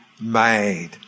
made